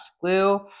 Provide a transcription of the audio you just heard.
glue